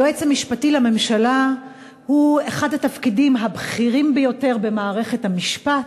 היועץ המשפטי לממשלה הוא אחד התפקידים הבכירים ביותר במערכת המשפט,